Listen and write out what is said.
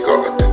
God